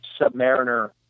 Submariner